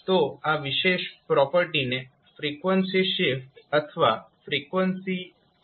તો આ વિશેષ પ્રોપર્ટીને ફ્રીક્વન્સી શિફ્ટ અથવા ફ્રીક્વન્સી ટ્રાન્સલેશન કહેવામાં આવે છે